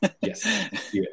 Yes